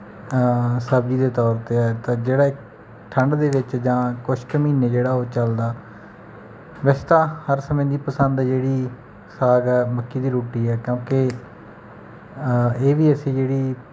ਸਬਜ਼ੀ ਦੇ ਤੌਰ 'ਤੇ ਆ ਜਾਂਦਾ ਜਿਹੜਾ ਠੰਡ ਦੇ ਵਿੱਚ ਜਾਂ ਕੁਛ ਕੁ ਮਹੀਨੇ ਜਿਹੜਾ ਉਹ ਚੱਲਦਾ ਵੈਸੇ ਤਾਂ ਹਰ ਸਮੇਂ ਦੀ ਪਸੰਦ ਜਿਹੜੀ ਸਾਗ ਹੈ ਮੱਕੀ ਦੀ ਰੋਟੀ ਹੈ ਕਿਉਂਕਿ ਇਹ ਵੀ ਅਸੀਂ ਜਿਹੜੀ